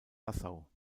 nassau